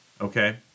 Okay